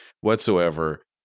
whatsoever